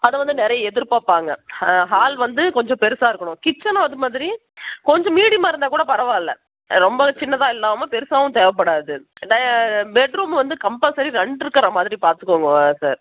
அதை வந்து நிறைய எதிர்பார்ப்பாங்க ஹால் வந்து கொஞ்சோம் பெரிசா இருக்கணும் கிச்சனும் அதுமாதிரி கொஞ்சோம் மீடியமாக இருந்தால் கூட பரவாயில்ல ரொம்ப சின்னதாக இல்லாமல் பெரிசாவும் தேவைப்படாது பெட்ரூம் வந்து கம்பல்ஸரி ரெண்டு இருக்கிற மாதிரி பார்த்துக்கோங்க சார்